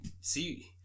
see